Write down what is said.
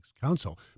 council